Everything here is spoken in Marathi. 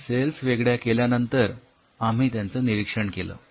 आणि सेल्स वेगळ्या केल्यानंतर आम्ही निरीक्षण केलं